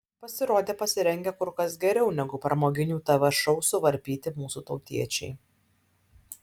pasirodė pasirengę kur kas geriau negu pramoginių tv šou suvarpyti mūsų tautiečiai